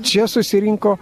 čia susirinko